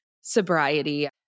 sobriety